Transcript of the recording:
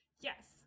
yes